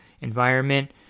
environment